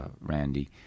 Randy